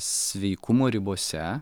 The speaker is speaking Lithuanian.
sveikumo ribose